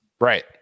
Right